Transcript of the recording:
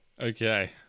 Okay